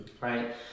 right